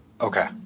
Okay